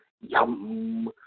Yum